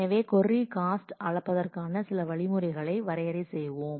எனவே query cost அளப்பதற்கான சில வழிமுறைகளை வரையறை செய்வோம்